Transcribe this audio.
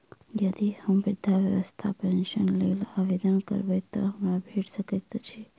यदि हम वृद्धावस्था पेंशनक लेल आवेदन करबै तऽ हमरा भेट सकैत अछि?